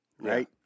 right